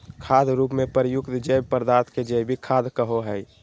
खाद रूप में प्रयुक्त जैव पदार्थ के जैविक खाद कहो हइ